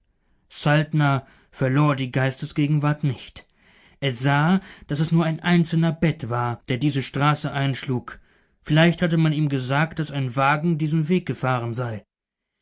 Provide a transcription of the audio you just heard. verlor die geistesgegenwart nicht er sah daß es nur ein einzelner bed war der diese straße einschlug vielleicht hatte man ihm gesagt daß ein wagen diesen weg gefahren sei